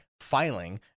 filing